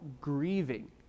grieving